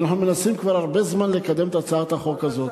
ואנחנו מנסים כבר הרבה זמן לקדם את הצעת החוק הזאת.